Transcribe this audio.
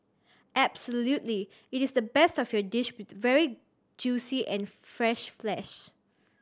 absolutely it is the best of your dish with very juicy and fresh flesh